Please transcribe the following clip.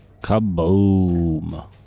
Kaboom